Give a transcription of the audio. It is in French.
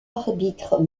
arbitre